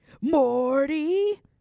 Morty